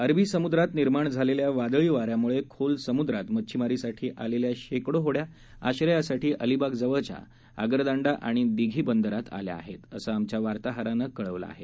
अरबी समुद्रात निर्माण झालेल्या वादळी वाऱ्यामुळं खोल समुद्रात मच्छिमारीसाठी आलेल्या शेकडो होड्या आश्रयासाठी अलिबाग जवळच्या आगरदांडा आणि दिघी बंदरात आल्या आहेत असं आमच्या वार्ताहरानं कळवलं आहे